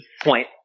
point